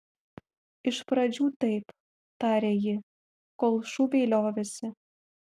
iš pradžių taip tarė ji kol šūviai liovėsi